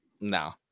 no